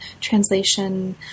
translation